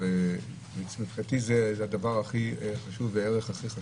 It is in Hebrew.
ומבחינתי זה הערך הכי חשוב.